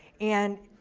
and